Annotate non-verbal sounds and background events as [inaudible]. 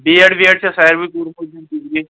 B Ed V Ed چھا [unintelligible]